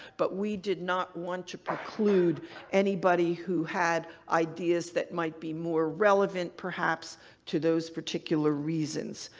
but we did not want to preclude anybody who had ideas that might be more relevant perhaps to those particular reasons.